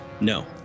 No